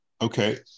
Okay